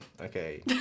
Okay